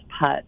Putt